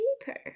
paper